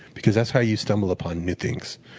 because that's how you stumble upon new things,